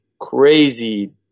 crazy